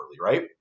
right